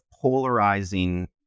polarizing